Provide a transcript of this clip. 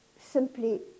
simply